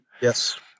yes